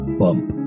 bump